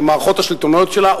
של המערכות השלטוניות שלה,